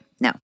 No